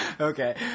Okay